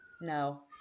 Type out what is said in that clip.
No